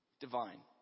divine